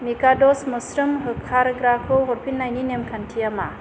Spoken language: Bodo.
मिकादस मोस्रोम होखारग्राखौ हरफिन्नायनि नेमखान्थिया मा